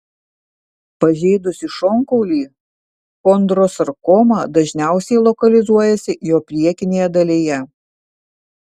pažeidusi šonkaulį chondrosarkoma dažniausiai lokalizuojasi jo priekinėje dalyje